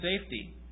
safety